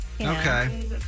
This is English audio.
Okay